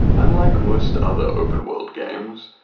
unlike most other open-world games,